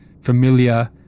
familiar